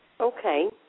Okay